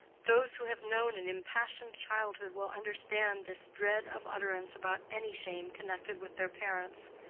those who have known an impassioned childhood will understand this dread of utterance about any shame connected with their parents.